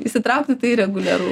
įsitraukti tai reguliaru